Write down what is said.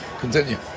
Continue